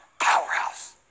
powerhouse